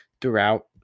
throughout